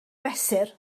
fesur